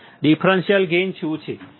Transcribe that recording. differential gain શું છે